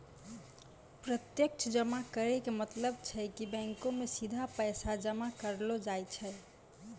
प्रत्यक्ष जमा के मतलब छै कि बैंको मे सीधा पैसा जमा करलो जाय छै